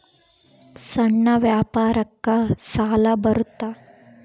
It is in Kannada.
ಸಣ್ಣ ವ್ಯಾಪಾರಕ್ಕ ಸಾಲ ಬರುತ್ತಾ?